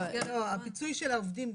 גם הפיצוי של העובדים?